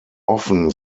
often